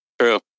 True